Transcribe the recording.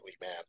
man